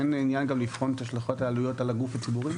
אין עניין לבחון גם את השלכות העלויות על הגוף הציבורי?